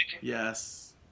Yes